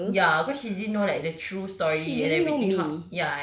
ya because she didn't know like the true story and everything